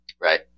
right